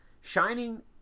Shining